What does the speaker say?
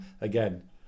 Again